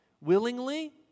willingly